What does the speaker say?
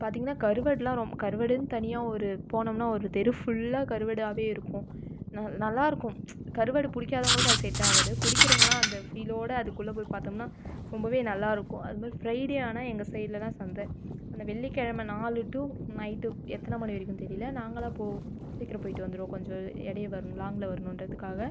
பார்த்திங்கன்னால் கருவாடெலாம் ரொம் கருவாடுன்னு தனியாக ஒரு போனோம்னா ஒரு தெரு ஃபுல்லாக கருவாடாகவே இருக்கும் ந நல்லாயிருக்கும் கருவாடு பிடிக்காதவங்களுக்கு அது செட் ஆகாது பிடிக்கிறவங்கலாம் அந்த ஃபீலோடு அதுக்குள்ளே போய் பார்த்தம்னா ரொம்பவே நல்லாயிருக்கும் அதுமாதிரி ஃப்ரைடே ஆனால் எங்கள் சைடில்தான் சந்தை அந்த வெள்ளிக்கிழமை நாலு டூ நைட்டு எத்தனை மணி வரைக்குன்னு தெரியலை நாங்களாம் போய் சீக்கிரம் போயிட்டு வந்துடுவோம் கொஞ்சம் இடைய வரணும் லாங்கில் வரணும்றதுக்காக